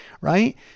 right